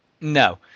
No